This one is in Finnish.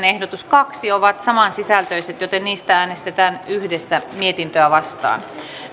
ehdotus yhdeksän ovat saman sisältöisiä joten niistä äänestetään yhdessä mietintöä vastaan